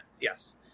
Yes